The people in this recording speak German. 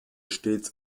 stets